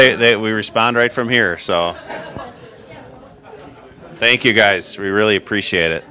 they they we respond right from here so thank you guys we really appreciate it